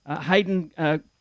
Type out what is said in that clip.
Hayden